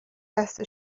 دست